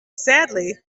sadly